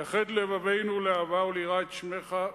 ויחד לבבנו לאהבה וליראה את שמך,